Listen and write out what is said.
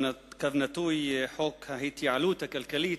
חוק ההתייעלות הכלכלית,